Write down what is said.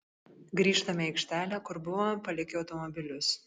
grįžtame į aikštelę kur buvome palikę automobilius